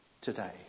today